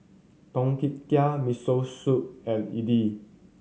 Tom Kha Gai Miso Soup and Idili